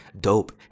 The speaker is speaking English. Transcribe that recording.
dope